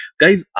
guys